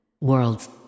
Worlds